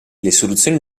soluzioni